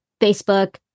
Facebook